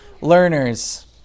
learners